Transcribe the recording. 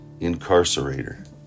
incarcerator